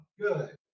Good